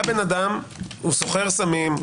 אדם סוחר סמים,